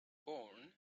bourne